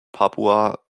papua